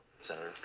Senator